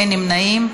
אין נמנעים,